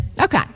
Okay